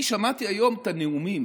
אני שמעתי היום את הנאומים